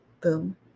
boom